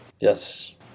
Yes